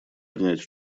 принять